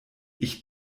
ich